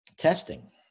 testing